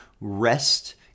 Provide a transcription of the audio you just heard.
rest